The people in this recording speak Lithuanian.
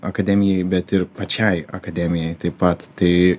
akademijai bet ir pačiai akademijai taip pat tai